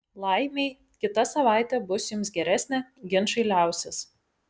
laimei kita savaitė bus jums geresnė ginčai liausis